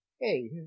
Hey